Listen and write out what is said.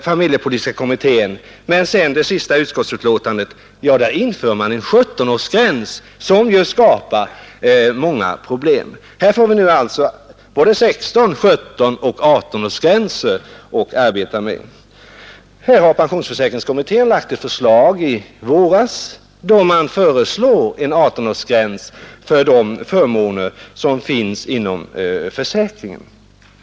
familjepolitiska kommitténs betänkande, men i det betänkande som vi nu behandlar föreslår man en 17-årsgräns, vilket ju skapar många problem. Här får vi nu både 16-, 17-, och 18-årsgränser att arbeta med. Pensionsförsäkringskommittén föreslog i våras en 18-årsgräns för de förmåner som finns inom försäkringen.